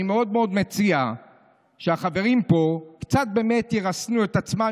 אני מאוד מאוד מציע שהחברים פה קצת ירסנו את עצמם,